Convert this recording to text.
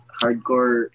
hardcore